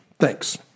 Thanks